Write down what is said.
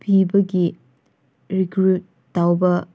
ꯄꯤꯕꯒꯤ ꯔꯤꯀ꯭ꯔꯨꯠ ꯇꯧꯕ